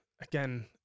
again